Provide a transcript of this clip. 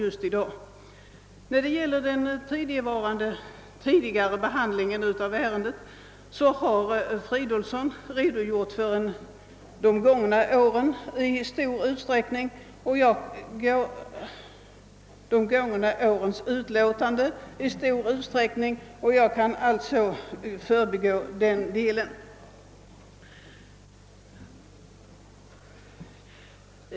Herr Fridolfsson har redogjort för den tidigare behandlingen av ärendet samt de gångna årens utlåtanden, varför jag alltså här kan förbigå den delen.